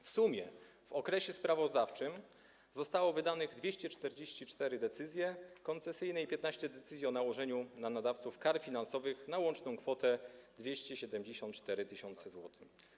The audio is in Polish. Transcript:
W sumie w okresie sprawozdawczym zostały wydane 244 decyzje koncesyjne i 15 decyzji o nałożeniu na nadawców kar finansowych na łączną kwotę 274 tys. zł.